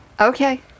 Okay